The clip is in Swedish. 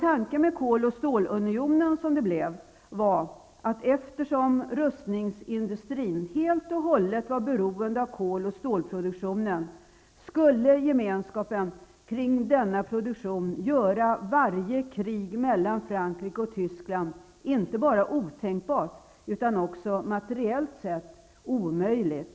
Tanken med Kol och stålunionen var att eftersom rustningsindustrin helt och hållet var beroende av koloch stålproduktionen, skulle gemenskapen kring denna produktion göra varje krig mellan Frankrike och Tyskland inte bara otänkbart utan även materiellt sett omöjligt.